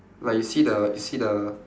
like you see the you see the